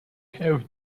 have